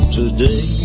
today